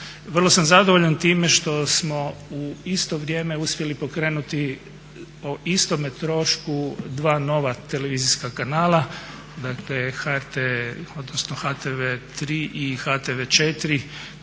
Vrlo sam zadovoljan time što smo u isto vrijeme uspjeli pokrenuti o istome trošku dva nova televizijska kanala. Dakle, HRT